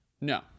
No